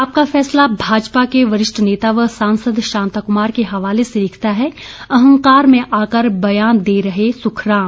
आपका फैसला भाजपा के वरिष्ठ नेता व सांसद शांता कुमार के हवाले से लिखता है अहंकार में आकर बयान दे रहे सुखराम